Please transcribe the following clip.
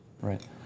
right